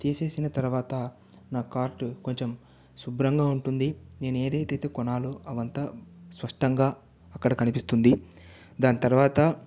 తీసేసిన తర్వాత నా కార్ట్ కొంచెం శుభ్రంగా ఉంటుంది నేను ఏదైతే కొనాలో అదంతా స్ఫష్టంగా అక్కడ కనిపిస్తుంది దాని తర్వాత